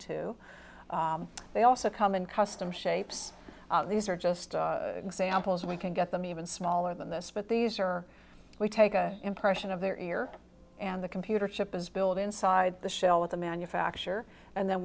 too they also come in custom shapes these are just examples we can get them even smaller than this but these are we take a impression of their ear and the computer chip is built inside the shell with the manufacture and then